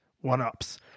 one-ups